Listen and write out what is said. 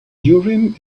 urim